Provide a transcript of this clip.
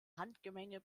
handgemenge